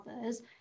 others